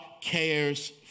cares